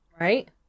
Right